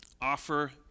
offer